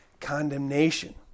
condemnation